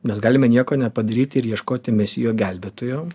mes galime nieko nepadaryti ir ieškoti mesijo gelbėtojo